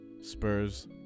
Spurs